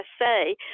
say